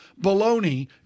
baloney